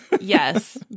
Yes